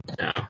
No